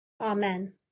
Amen